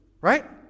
right